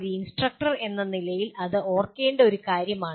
ഒരു ഇൻസ്ട്രക്ടർ എന്ന നിലയിൽ അത് ഓർക്കേണ്ട ഒരു കാര്യമാണ്